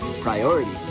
Priority